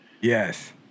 Yes